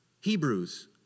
Hebrews